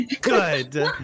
Good